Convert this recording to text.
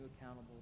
accountable